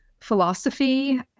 philosophy